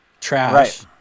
trash